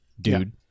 dude